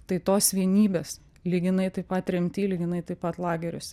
tai tos vienybės lyginai taip pat tremty lyginai taip pat lageriuos